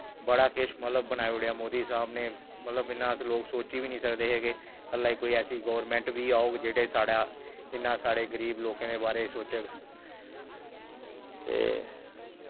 बड़ा किश मतलव बनाई ओड़ेआ मोदी साह्ब ने मतलव इन्ना अस सोची वी नी सकदे हे कल्ला गी ऐसी गौरमैंट बी औह्ग जेह्ड़ी साढ़ा इन्ना साढ़े गरीब लोकें दे बारे च सोचग ते